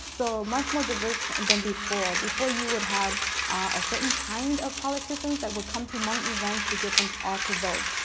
so much more diverse than before. before, you would have a certain kind of politicians that would come to hmong events to get them all to vote.